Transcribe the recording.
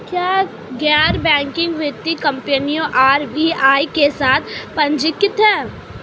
क्या गैर बैंकिंग वित्तीय कंपनियां आर.बी.आई के साथ पंजीकृत हैं?